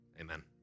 amen